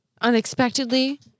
unexpectedly